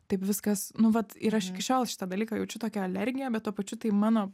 taip viskas nu vat ir aš iki šiol šitą dalyką jaučiu tokią alergiją bet tuo pačiu tai mano